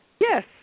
yes